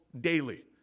daily